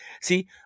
See